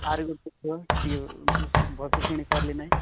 କୁହ ଟିକେ ଭଲ ସେ ଶୁଣି ପାରିଲି ନାହିଁ